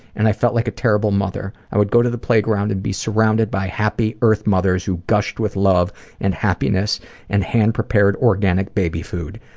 and i felt like a terrible mother. i would go to the playground and be surrounded by happy earth mothers who gushed with love and happiness and hand-prepared organic baby food.